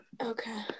Okay